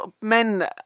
men